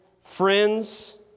Friends